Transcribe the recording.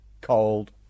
cold